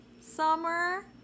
summer